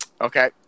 Okay